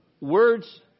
Words